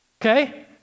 okay